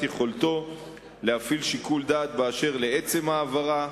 יכולתו להפעיל שיקול דעת באשר לעצם ההעברה,